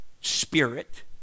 spirit